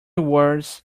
words